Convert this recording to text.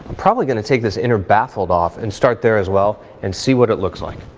probably gonna take this inner baffle and off and start there as well and see what it looks like.